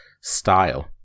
style